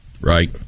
Right